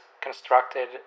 constructed